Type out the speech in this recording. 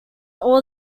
all